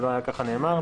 זה לא ככה נאמר.